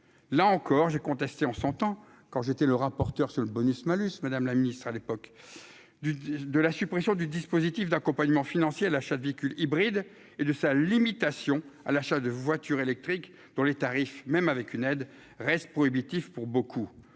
là encore, j'ai contesté en son temps, quand j'étais le rapporteur sur le bonus-malus, madame la ministre à l'époque du de la suppression du dispositif d'accompagnement financier à l'achat de véhicules hybrides et de sa limitation à l'achat de voitures électriques dont les tarifs, même avec une aide reste prohibitif pour beaucoup